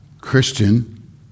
Christian